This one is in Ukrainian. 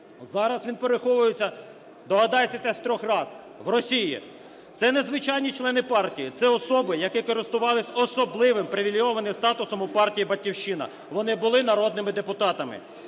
Зараз він переховується - догадайтеся з трьох раз, – в Росії. Це не звичайні члени партії, це особи, які користувались особливим привілейованим статусом у партії "Батьківщина", вони були народними депутатами. Мангер